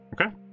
Okay